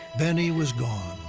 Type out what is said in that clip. benny was gone.